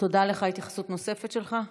התייחסות נוספת שלך,